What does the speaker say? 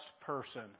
person